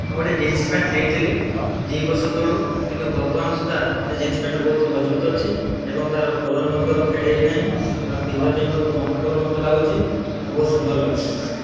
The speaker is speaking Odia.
ମୁଁ ଗୋଟେ ଜିନ୍ସ ପ୍ୟାଣ୍ଟ୍ ନେଇଥିଲି ଦୁଇ ବର୍ଷ ତଳୁ କିନ୍ତୁ ବର୍ତ୍ତମାନ ସୁଦ୍ଧା ସେ ଜିନ୍ସ ପ୍ୟାଣ୍ଟ୍ ବହୁତ ମଜବୁତ ଅଛି ଏବଂ ତାର କଲର୍ ମଧ୍ୟ ଫେଡ଼୍ ହେଇନାହିଁ ଆଉ ପିନ୍ଧିବା ପାଇଁ ବହୁତ କମ୍ଫଟେବଲ୍ ମତେ ଲାଗୁଛି ଆ ବହୁତ ସୁନ୍ଦର ଲାଗୁଛି